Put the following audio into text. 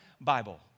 Bible